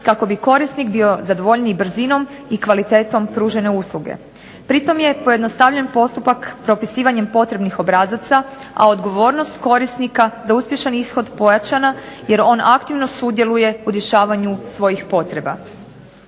kako bi korisnik bio zadovoljniji brzinom i kvalitetom pružene usluge. Pritom je pojednostavljen postupak propisivanjem potrebnih obrazaca, a odgovornost korisnika za uspješan ishod pojačana jer on aktivno sudjeluje u rješavanju svojih potreba.